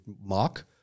mock